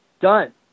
done